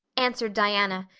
answered diana,